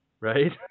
right